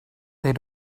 they